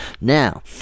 Now